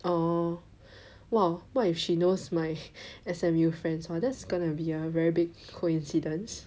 oh !wow! what if she knows my S_M_U friends !wah! that's gonna be a very big coincidence